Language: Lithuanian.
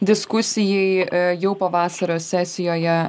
diskusijai jau pavasario sesijoje